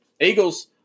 Eagles